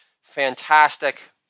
fantastic